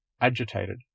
agitated